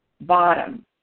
bottom